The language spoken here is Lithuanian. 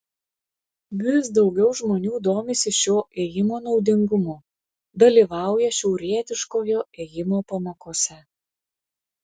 vis daugiau žmonių domisi šio ėjimo naudingumu dalyvauja šiaurietiškojo ėjimo pamokose